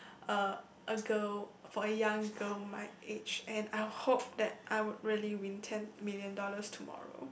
a a girl for a young girl my age and I hope that I'd really win ten million dollars tomorrow